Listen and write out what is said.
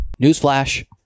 Newsflash